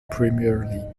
premier